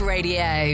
Radio